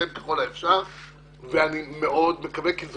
ואני מאוד מקווה,